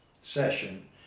session